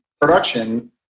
production